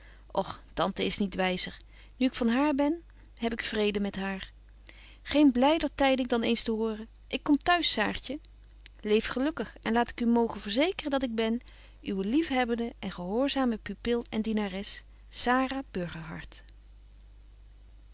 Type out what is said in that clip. och tante is niet wyzer nu ik van haar ben heb ik vrede met haar geen blyder tyding dan eens te horen ik kom t'huis saartje leef gelukkig en laat ik u mogen verzekeren dat ik ben uwe liefhebbende en gehoorzame pupil en dienares